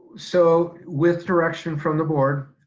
so, with direction from the board,